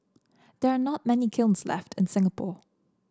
there are not many kilns left in Singapore